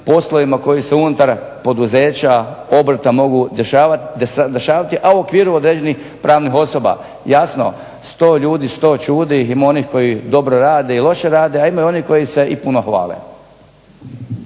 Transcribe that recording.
poslovima koji se unutar poduzeća, obrta mogu dešavati, a u okviru određenih pravnih osoba. Jasno, 100 ljudi, 100 ćudi, ima onih koji dobro rade, loše rade, a ima i onih koji se i puno hvale.